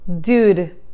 dude